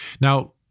Now